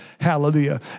hallelujah